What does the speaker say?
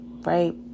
right